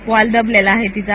wall दबलेला आहे तीचा